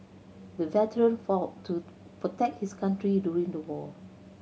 the veteran fought to protect his country during the war